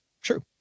True